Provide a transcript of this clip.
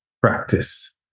practice